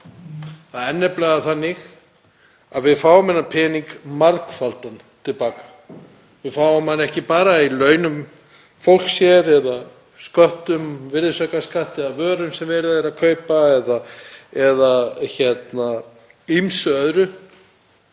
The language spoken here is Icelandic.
Það er nefnilega þannig að við fáum þennan pening margfaldan til baka. Við fáum hann ekki bara í launum fólks hér eða sköttum, virðisaukaskatti af vörum sem verið er að kaupa eða ýmsu öðru,